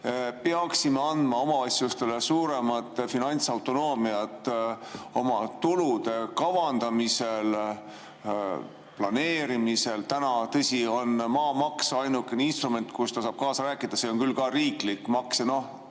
peaksime andma omavalitsustele suurema finantsautonoomia oma tulude kavandamisel, planeerimisel? Täna on maamaks ainukene instrument, millega ta saab kaasa rääkida – see on küll ka riiklik maks